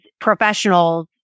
professionals